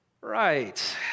Right